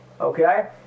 Okay